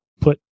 put